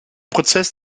prozess